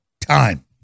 time